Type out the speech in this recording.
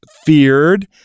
Feared